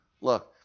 Look